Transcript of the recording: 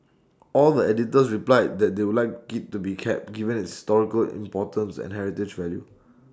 all the editors replied that they would like IT to be kept given its historical importance and heritage value